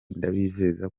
ndabizeza